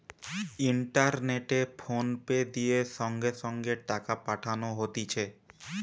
ইন্টারনেটে ফোনপে দিয়ে সঙ্গে সঙ্গে টাকা পাঠানো হতিছে